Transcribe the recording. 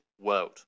world